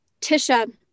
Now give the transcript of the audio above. Tisha